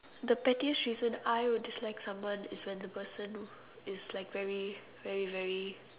the pettiest reason I would dislike someone is when the person is like very very